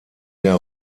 der